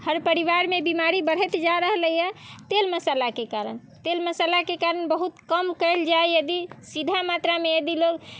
हर परिवारमे बिमारी बढ़ैत जा रहलै हँ तेल मसालाके कारण तेल मसालाके कारण बहुत कम कयल जाइ या यदि सीधा मात्रामे यदि लोक